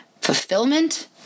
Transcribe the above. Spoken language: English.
fulfillment